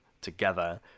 together